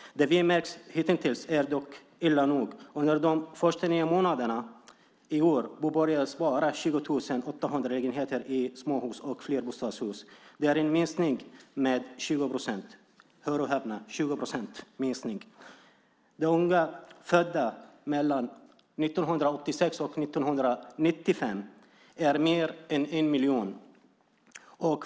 Det vi märkt hitintills är dock illa nog. Under de första nio månaderna i år påbörjades bara 20 800 lägenheter i småhus och flerbostadshus. Det är en minskning med 20 procent - hör och häpna! De som är födda mellan 1986 och 1995 är fler än en miljon.